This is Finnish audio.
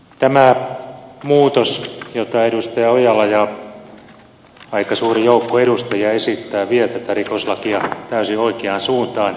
tämä muutos jota edustaja mäkelä ja aika suuri joukko edustajia esittää vie tätä rikoslakia täysin oikeaan suuntaan